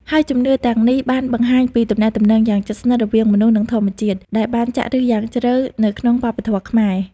ហើយជំនឿទាំងនេះបានបង្ហាញពីទំនាក់ទំនងយ៉ាងជិតស្និទ្ធរវាងមនុស្ស និងធម្មជាតិ ដែលបានចាក់ឫសយ៉ាងជ្រៅនៅក្នុងវប្បធម៌ខ្មែរ។